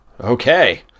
okay